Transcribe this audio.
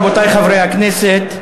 רבותי חברי הכנסת,